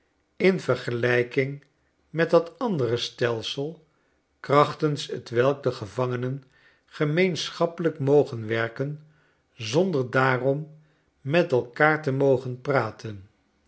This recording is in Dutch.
in vergelijking met dat andere stelsel krachtens j t welk de gevangenen gemeenschappelijkmogenwerkenzonderdaarom met elkaar te mogen praten